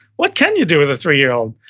what can you do with a three-year-old?